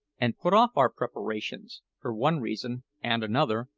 and put off our preparations, for one reason and another,